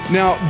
now